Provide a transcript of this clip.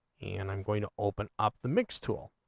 and i'm going to open up the mix tool.